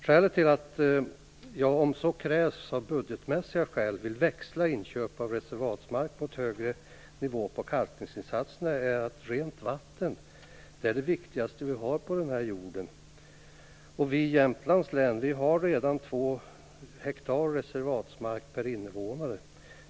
Skälet till att jag, om så krävs av budgetmässiga skäl, vill växla inköp av reservatsmark mot högre nivå på kalkningsinsatserna är att rent vatten är det viktigaste vi har på denna jord. Vi i Jämtlands län har redan 2 hektar reservatsmark per invånare.